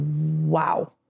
wow